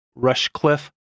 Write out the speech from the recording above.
Rushcliffe